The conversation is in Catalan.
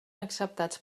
acceptats